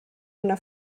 una